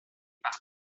par